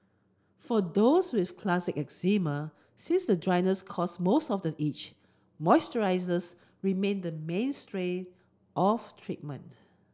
for those with classic eczema since the dryness cause most of the itch moisturisers remain the mainstay of treatment